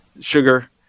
sugar